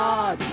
God